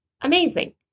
amazing